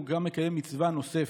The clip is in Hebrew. מקיימים גם מצווה נוספת.